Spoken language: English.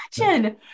imagine